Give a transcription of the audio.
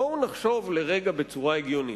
בואו נחשוב לרגע בצורה הגיונית.